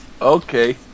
Okay